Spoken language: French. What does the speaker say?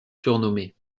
surnommé